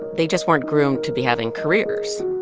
they just weren't groomed to be having careers.